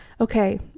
Okay